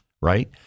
right